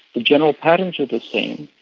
the general patterns are the same.